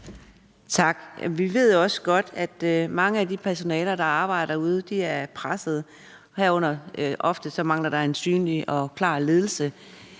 Tak. Vi ved også godt, at mange af de personaler, der arbejder derude, er pressede, og ofte mangler der en synlig og klar ledelse.